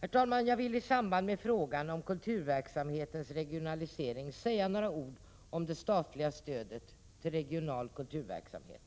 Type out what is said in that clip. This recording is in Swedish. Herr talman! Jag vill i fråga om kulturverksamhetens regionalisering säga några ord om det statliga stödet till regional kulturverksamhet.